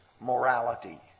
morality